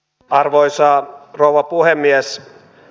arvoisa rouva puhemies